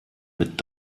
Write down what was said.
mit